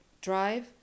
drive